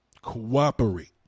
Cooperate